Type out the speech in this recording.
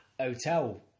hotel